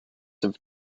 have